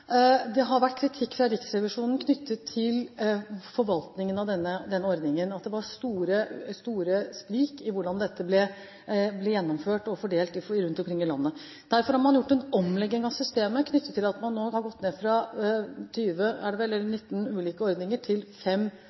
Det har vært kritikk fra Riksrevisjonen knyttet til forvaltningen av denne ordningen, at det var store sprik i hvordan dette ble gjennomført og fordelt rundt omkring i landet. Derfor har man nå gjort en omlegging av systemet, slik at man har gått fra 20 – er det vel – eller 19 ulike ordninger til fem